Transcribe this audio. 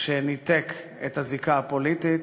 שניתק את הזיקה הפוליטית,